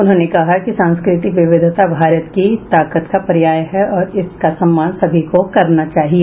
उन्होंने कहा कि सांस्कृतिक विविधता भारत की ताकत का पर्याय है और इसका सम्मान सभी को करना चाहिए